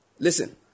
Listen